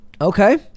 okay